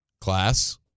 class